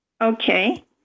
Okay